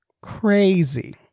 Crazy